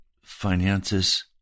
finances